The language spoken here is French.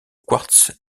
quartz